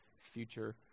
future